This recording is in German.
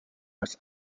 als